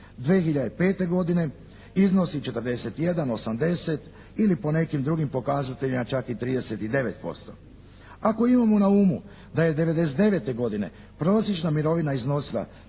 31.12.2005. godine iznosi 41,80 ili po nekim drugim pokazateljima čak i 39%. Ako imamo na umu da je '99. godine prosječna mirovina iznosila